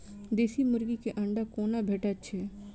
देसी मुर्गी केँ अंडा कोना भेटय छै?